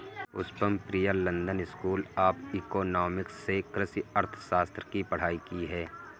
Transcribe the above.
Pushpam Priya London school of economics से कृषि अर्थशास्त्र की पढ़ाई की है